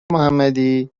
محمدی